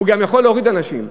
הוא גם יכול להוריד אנשים.